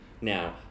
now